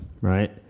right